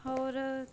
ਹੋਰ